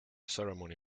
ceremony